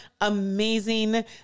amazing